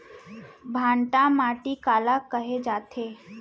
भांटा माटी काला कहे जाथे?